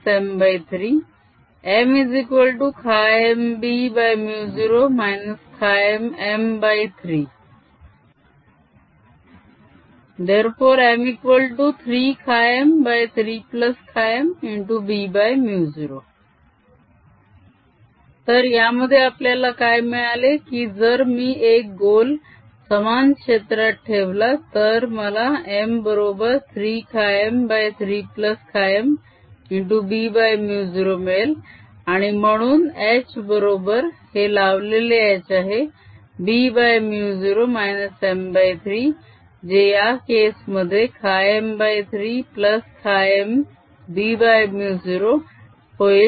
MH M3 HinsideHappliedHdue to MB0 M3 MMB0 MM3 M3M3MB0 तर यामध्ये आपल्याला काय मिळाले की जर मी एक गोल समान क्षेत्रात ठेवला तर मला m बरोबर 3 χm 3χmbμ0 मिळेल आणि म्हणून h बरोबर हे लावलेले h आहे bμ0 m3 जे या केस मध्ये χm3χm b μ0 होईल